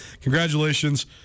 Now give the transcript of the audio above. congratulations